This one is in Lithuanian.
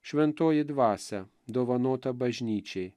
šventoji dvasia dovanota bažnyčiai